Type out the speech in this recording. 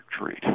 treat